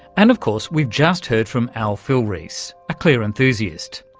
and of course we've just heard from al filreis, a clear enthusiast.